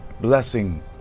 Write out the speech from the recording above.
blessing